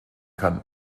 kann